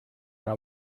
una